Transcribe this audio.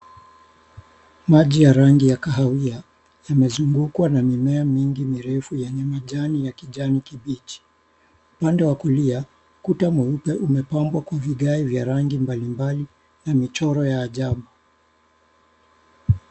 Maji mengi ya rangi ya kahawia, yamezungukwa na mimea mingi mirefu yenye majani ya kijani kibichi. Upande wa kulia ukuta mweupe umepambwa kwa vigai vya rangi mbalimbali na michoro ya ajabu.